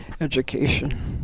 education